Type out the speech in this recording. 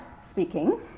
speaking